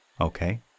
Okay